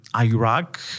Iraq